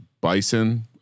bison